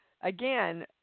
again